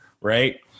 right